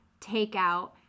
takeout